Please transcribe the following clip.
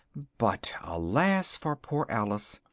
but, alas for poor alice!